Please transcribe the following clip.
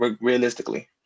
Realistically